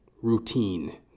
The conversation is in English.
routine